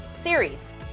series